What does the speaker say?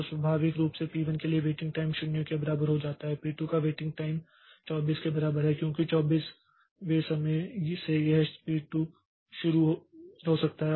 तो स्वाभाविक रूप से P1 के लिए वेटिंग टाइम 0 के बराबर हो जाता है P2 का वेटिंग टाइम 24 के बराबर है क्योंकि 24 वें समय से यह P2 शुरू हो सकता है